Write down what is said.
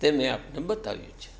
તે મેં આપને બતાવ્યું